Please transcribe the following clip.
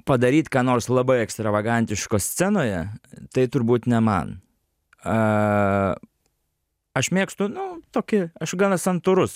padaryt ką nors labai ekstravagantiško scenoje tai turbūt ne man a aš mėgstu nu tokį gana santūrus